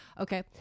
Okay